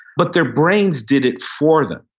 but their brains did it for them.